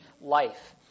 life